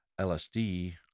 LSD